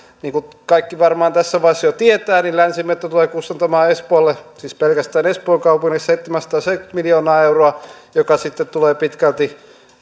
niin kuin kaikki varmaan tässä vaiheessa jo tietävät länsimetro tulee kustantamaan espoolle siis pelkästään espoon kaupungissa seitsemänsataaseitsemänkymmentä miljoonaa euroa mikä sitten tulee pitkälti